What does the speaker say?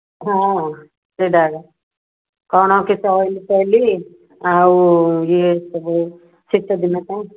ହଁ ସେଇଟା ଏକା କ'ଣ କି ସେ ଅଏଲ୍ କହିଲି ଆଉ ଇଏ ସବୁ ଶୀତ ଦିନ ତ